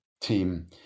team